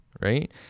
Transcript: right